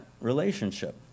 relationship